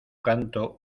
canto